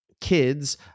kids